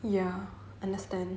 ya understand